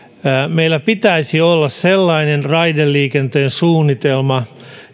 meillä pitäisi olla sellainen raideliikenteen suunnitelma